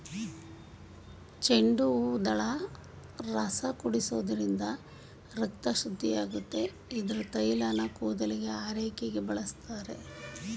ಚೆಂಡುಹೂದಳದ ರಸ ಕುಡಿಸೋದ್ರಿಂದ ರಕ್ತ ಶುದ್ಧಿಯಾಗುತ್ತೆ ಇದ್ರ ತೈಲನ ಕೂದಲಿನ ಆರೈಕೆಗೆ ಬಳಸ್ತಾರೆ